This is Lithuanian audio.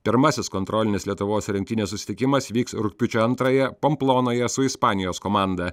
pirmasis kontrolinis lietuvos rinktinės susitikimas vyks rugpjūčio antrąją pomplonoje su ispanijos komanda